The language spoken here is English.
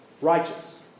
Righteous